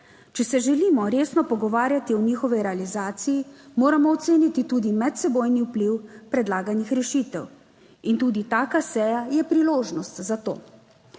Če se želimo resno pogovarjati o njihovi realizaciji, moramo oceniti tudi medsebojni vpliv predlaganih rešitev in tudi taka seja je priložnost za to.